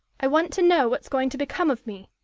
i want to know what's going to become of me.